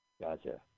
Gotcha